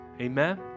Amen